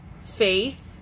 faith